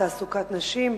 תעסוקת נשים.